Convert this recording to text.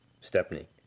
Stepney